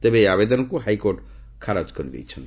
ତେବେ ଏହି ଆବେଦନକୁ ହାଇକୋର୍ଟ ଖାରଜ କରିଦେଇଛନ୍ତି